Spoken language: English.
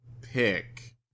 pick